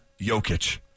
Jokic